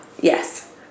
Yes